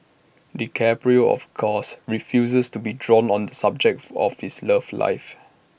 DiCaprio of course refuses to be drawn on the subject of his love life